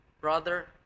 brother